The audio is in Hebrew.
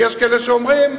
כי יש כאלה שאומרים: